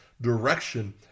direction